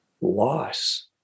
loss